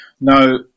Now